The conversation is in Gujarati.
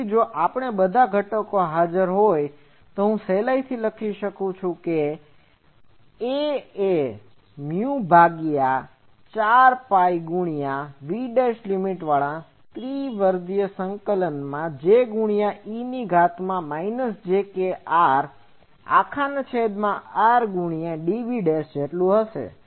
તેથી જો આ બધા ઘટકો હાજર હોય હું સહેલાઇથી લખી શકું છું કે A4π∭VJ e j krrdv A એ મ્યુ ભાગ્યા 4 પાઈ પાય ગુણ્યા V' લીમીટ વાળા ત્રિવિધ સંકલન માં J ગુણ્યા e ની ઘાત માં માઈનસ j kr અખાના છેદ માં r ગુણ્યા dv જેટલું હશે